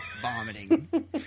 vomiting